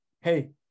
hey